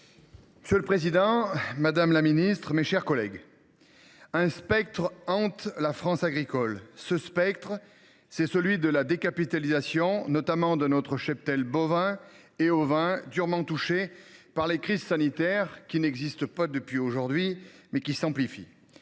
Monsieur le président, madame la ministre, mes chers collègues, un spectre hante la France agricole ! Ce spectre, c’est celui de la décapitalisation, notamment de notre cheptel bovin et ovin, durement touché par des crises sanitaires qui n’existent pas depuis hier, mais qui s’amplifient.